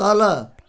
तल